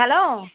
hello